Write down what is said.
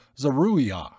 Zeruiah